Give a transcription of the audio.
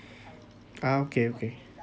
okay okay